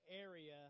area